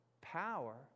power